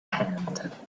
hand